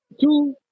two